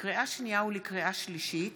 לקריאה שנייה ולקריאה שלישית,